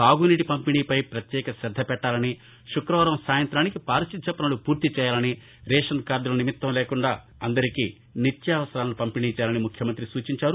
తాగునీటి పంపిణీపై పత్యేక కద్ద పెట్టాలని శుక్రవారం సాయంత్రానికి పారిశుద్య పనులు పూర్తి చేయాలని రేషన్ కార్గుల నిమిత్తం లేకుండా అందరికీ నిత్యావసరాలను పంపిణీ చేయాలని ముఖ్యమంతి సూచించారు